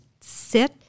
sit